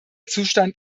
zustand